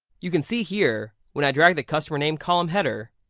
you can see here when i drag the customer name column header.